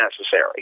necessary